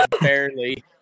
barely